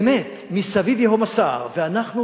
באמת, "מסביב ייהום הסער", ואנחנו